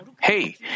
Hey